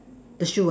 the shoe ah